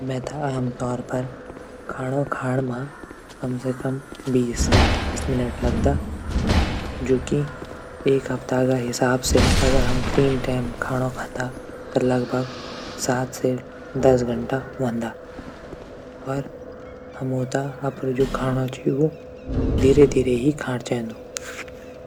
मेथे आमतौर पर खाणू खाण मा बीस से तीस मिनट लगदा जुकी एक हप्ता क हिसाब से अगर हम तीन टैम खाणू खांदा त लगभग सात से दस घंटा हवनदा। अर हमतो खाणू जू धीरे धीरे ही खाणू चैंदू।